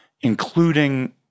including